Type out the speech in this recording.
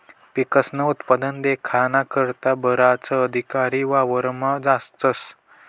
पिकस्नं उत्पादन देखाना करता बराच अधिकारी वावरमा जातस